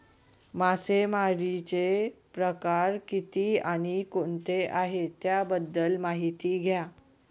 मासेमारी चे प्रकार किती आणि कोणते आहे त्याबद्दल महिती द्या?